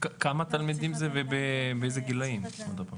בכמה תלמידים מדובר ובאיזה גילאים?